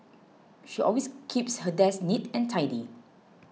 she always keeps her desk neat and tidy